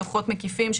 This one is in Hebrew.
דוחות מקיפים,